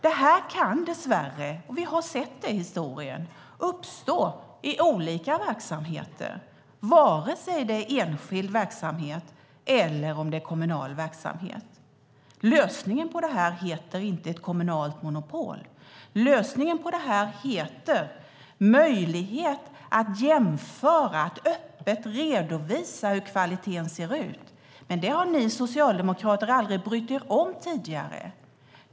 Vi har sett historiskt att vanvård kan uppstå i olika verksamheter, vare sig det är enskild verksamhet eller det är kommunal verksamhet. Lösningen heter inte kommunalt monopol. Lösningen heter möjlighet att jämföra, att öppet redovisa, hur kvaliteten ser ut. Men det har ni socialdemokrater aldrig brytt er om tidigare.